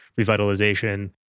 revitalization